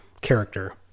character